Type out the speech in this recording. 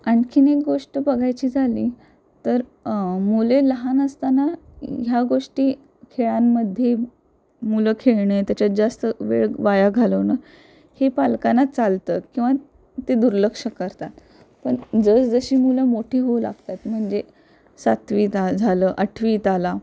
आणखीन एक गोष्ट बघायची झाली तर मुले लहान असताना ह्या गोष्टी खेळांमध्ये मुलं खेळणे त्याच्यात जास्त वेळ वाया घालवणं हे पालकांना चालतं किंवा ते दुर्लक्ष करतात पण जसजशी मुलं मोठी होऊ लागतात म्हणजे सातवी ता झालं आठवीत आला